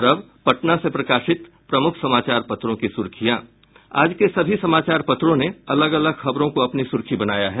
और अब पटना से प्रकाशित प्रमुख समाचार पत्रों की सुर्खियां आज के सभी समाचार पत्रों ने अलग अलग खबरों को अपनी सुर्खी बनाया है